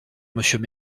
monsieur